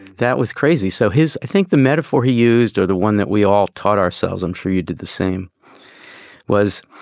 that was crazy. so his i think the metaphor he used or the one that we all taught ourselves, i'm sure you did the same was,